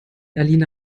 alina